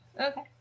Okay